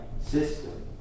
system